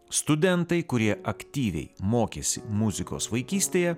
studentai kurie aktyviai mokėsi muzikos vaikystėje